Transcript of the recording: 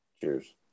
Cheers